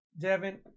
Devin